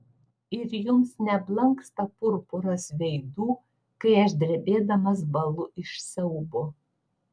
ir jums neblanksta purpuras veidų kai aš drebėdamas bąlu iš siaubo